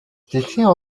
дэлхийн